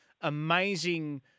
amazing